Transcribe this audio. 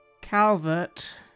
Calvert